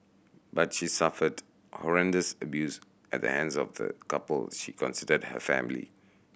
but she suffered horrendous abuse at the hands of the couple she considered her family